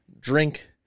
Drink